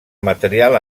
material